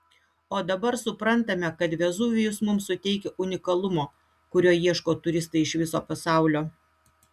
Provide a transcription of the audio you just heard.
o dabar suprantame kad vezuvijus mums suteikia unikalumo kurio ieško turistai iš viso pasaulio